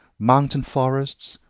mountain forests,